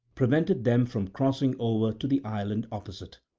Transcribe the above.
prevented them from crossing over to the island opposite.